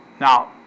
Now